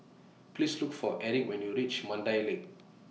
Please Look For Erick when YOU REACH Mandai Lake